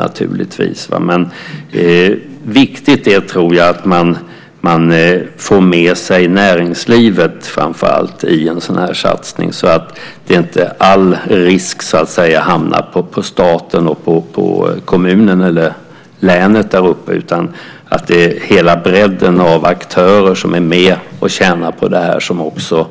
Jag tror att det är viktigt att man får med sig näringslivet i en sådan här satsning så att inte all risk hamnar på staten, kommunen eller länet. Hela bredden av aktörer som är med och tjänar på detta ska också